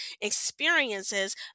experiences